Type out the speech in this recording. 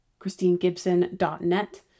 christinegibson.net